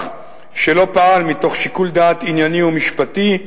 שלא פעל מתוך שיקול דעת ענייני ומשפטי,